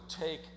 take